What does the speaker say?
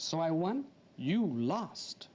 so i won you lost